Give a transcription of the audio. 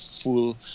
full